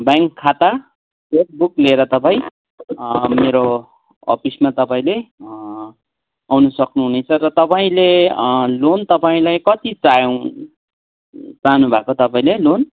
bank खाताको book लिएर तपाईँ मेरो अपिसमा तपाईँले आउनु सक्नुहुनेछ र तपाईँले लोन तपाईँलाई कति चान चाहनुभएको तपाईँले लोन